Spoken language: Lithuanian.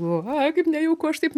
galvoju oi kaip nejauku aš taip